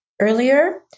earlier